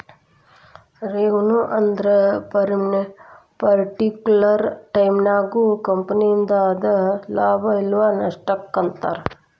revenue ಅಂದ್ರ particular ಟೈಮನ್ಯಾಗ ಕಂಪನಿಯಿಂದ ಆದ ಲಾಭ ಇಲ್ಲ ನಷ್ಟಕ್ಕ ಅಂತಾರ